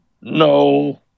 no